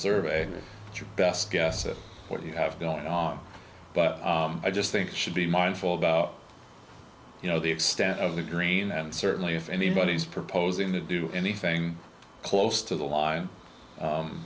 survey your best guess at what you have going on but i just think it should be mindful about you know the extent of the green and certainly if anybody's proposing to do anything close to the line